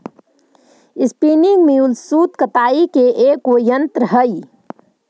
spinning mule सूत कताई के एगो यन्त्र हई